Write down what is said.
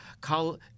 call